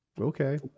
Okay